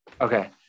Okay